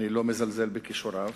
אני לא מזלזל בכישוריו.